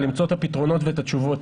למצוא את הפתרונות ואת התשובות